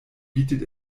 bietet